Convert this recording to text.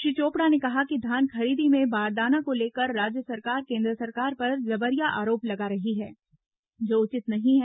श्री चोपड़ा ने कहा कि धान खरीदी में बारदाना को लेकर राज्य सरकार केन्द्र सरकार पर जबरिया आरोप लगा रही है जो उचित नहीं है